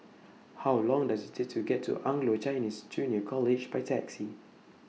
How Long Does IT Take to get to Anglo Chinese Junior College By Taxi